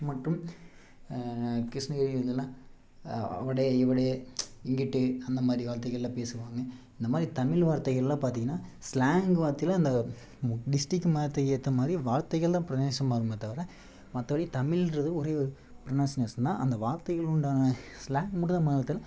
மற்றும் கிருஷ்ணகிரி இங்கேல்லாம் அவடே இவடே இங்கிட்டு அந்த மாதிரி வார்த்தைகளில் பேசுவாங்க இந்த மாதிரி தமிழ் வார்த்தைகள்லாம் பார்த்தீங்கன்னா ஸ்லாங் வார்த்தையில் அந்த மு டிஸ்ட்ரிக்கு மாத்த ஏற்ற மாதிரி வார்த்தைகளில் ப்ரொனௌன்ஸன் மாறுமே தவிர மற்றபடி தமிழ்ன்றது ஒரே ஒரு ப்ரொனௌன்சேஸன் தான் அந்த வார்த்தைகள் உண்டான ஸ்லாங் மட்டும் தான் மாறுதல்